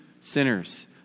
sinners